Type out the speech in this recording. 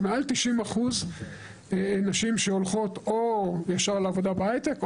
זה מעל 90% נשים שהולכות או ישר לעבודה בהייטק,